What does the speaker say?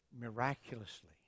miraculously